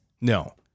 No